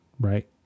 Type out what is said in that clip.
Right